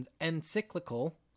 encyclical